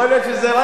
יכול להיות שזה,